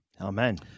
Amen